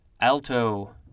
alto